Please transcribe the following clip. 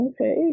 Okay